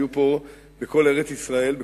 היו פה בכל ארץ-ישראל,